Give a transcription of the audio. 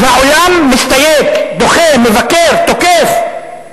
אז העולם מסתייג, דוחה, מבקר, תוקף,